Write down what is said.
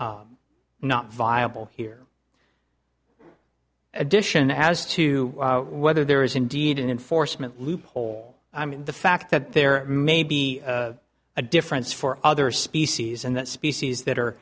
not viable here addition as to whether there is indeed an enforcement loophole i mean the fact that there may be a difference for other species and that species that are